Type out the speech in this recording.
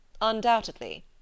Undoubtedly